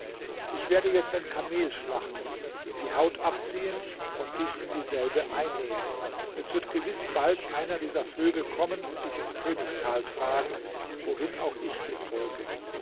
ich werde jetzt ein kamel schlachten ihm die haut abziehen und dich in dieselbe einnähen es wird gewiß bald einer dieser vögel kommen und dich ins königstal tragen wohin auch ich dir folge